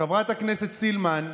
חברת הכנסת סילמן,